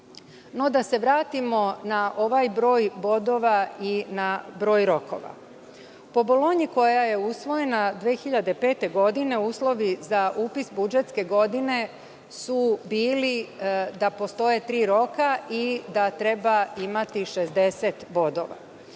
da se vratimo na ovaj broj bodova i na broj rokova. Po „Bolonji“, koja je usvojena 2005. godine, uslovi za upis budžetske godine su bili da postoje tri roka i da treba imati 60 bodova.